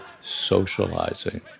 socializing